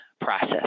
process